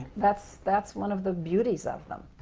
that's that's one of the beauties of them.